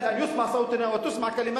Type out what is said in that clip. אשר מאיימת בנכבה חדשה נגד כלל הציבור הערבי בנגב.